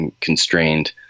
constrained